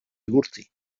igurtzi